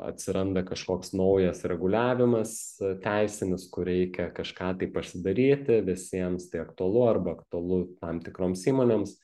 atsiranda kažkoks naujas reguliavimas teisinis kur reikia kažką tai pasidaryti visiems tai aktualu arba aktualu tam tikroms įmonėms